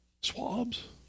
Swabs